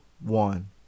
One